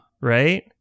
right